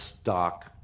stock